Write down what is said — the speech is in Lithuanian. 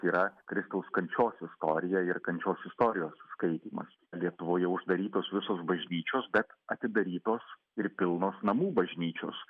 tai yra kristaus kančios istorija ir kančios istorijos skaitymas lietuvoje uždarytos visos bažnyčios bet atidarytos ir pilnos namų bažnyčios